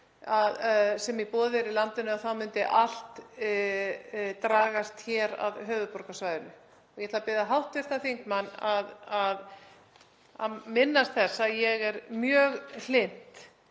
sem í boði er í landinu þá myndi allt dragast hér að höfuðborgarsvæðinu. Ég ætla að biðja hv. þingmann að minnast þess að ég er mjög hlynnt